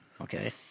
Okay